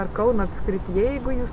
ar kauno apskrityje jeigu jūs